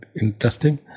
interesting